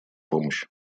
помощь